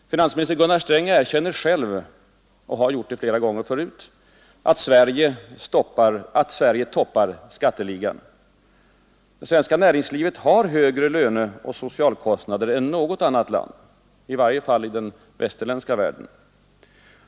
Herr Sträng erkänner själv — och har gjort det flera gånger förut — att Sverige toppar skatteligan. Vårt näringsliv har högre löneoch socialkostnader än i något annat land — i varje fall i den västerländska världen.